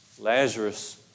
Lazarus